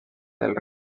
del